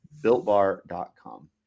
BuiltBar.com